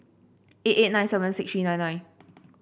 eight eight nine seven six three nine nine